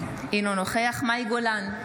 אינו נוכח מאי גולן,